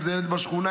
אם זה ילד בשכונה,